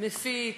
מפיק,